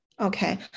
Okay